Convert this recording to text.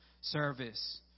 service